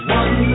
one